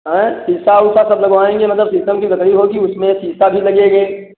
अएं शीशा उशा सब लगवाएंगे मतलब शीशम की लकड़ी होगी उसमें शीशा भी लगेगे